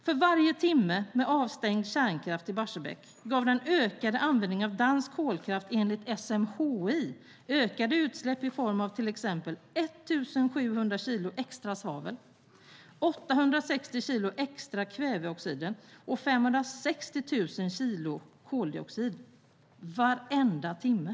För varje timme med avstängd kärnkraft i Barsebäck gav den ökade användningen av dansk kolkraft enligt SMHI ökade utsläpp i form av till exempel 1 700 kg extra svavel, 860 kg extra kväveoxider och 560 000 kg koldioxid varje timme.